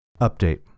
Update